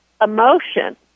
emotion